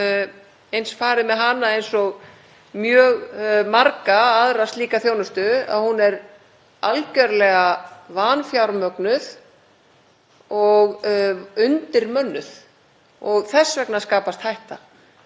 og undirmönnuð. Þess vegna skapast hætta. Þetta er eins með löggæsluna. Það eru of fáir, það eru of fáar hendur að sinna þeirri þjónustu sem á að veita og þá skapast hætta.